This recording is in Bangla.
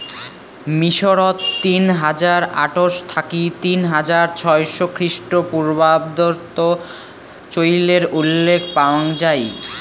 মিশরত তিন হাজার আটশ থাকি তিন হাজার ছয়শ খ্রিস্টপূর্বাব্দত চইলের উল্লেখ পাওয়াং যাই